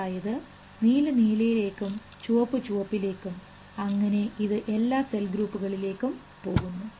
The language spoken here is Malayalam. അതായത് നീല നീലയിലേക്കും ചുവപ്പ് ചുവപ്പിലേക്കും അങ്ങനെ ഇത് എല്ലാ സെൽ ഗ്രൂപ്പുകളിലേക്കും പോകുന്നു